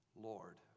Lord